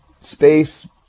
space